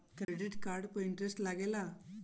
Credit card पर interest लागेला?